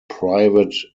private